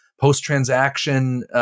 post-transaction